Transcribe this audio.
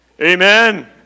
amen